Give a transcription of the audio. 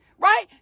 right